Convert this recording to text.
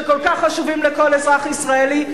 שכל כך חשובים לכל אזרח ישראלי,